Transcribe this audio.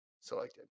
selected